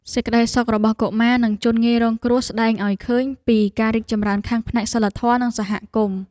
សេចក្តីសុខរបស់កុមារនិងជនងាយរងគ្រោះស្តែងឱ្យឃើញពីការរីកចម្រើនខាងផ្នែកសីលធម៌នៃសហគមន៍។